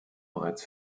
bereits